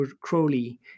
Crowley